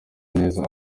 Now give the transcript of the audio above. neza